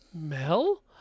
Mel